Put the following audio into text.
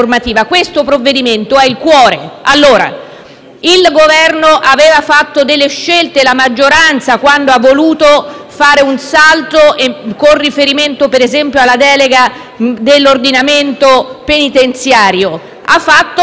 Il Governo aveva fatto delle scelte. La maggioranza, quando ha voluto compiere un salto con riferimento - ad esempio - alla delega sull'ordinamento penitenziario, ha fatto delle proroghe per altri, ma ha agito dando